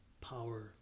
power